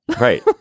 right